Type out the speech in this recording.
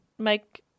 make